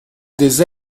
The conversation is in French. des